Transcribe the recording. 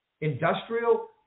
industrial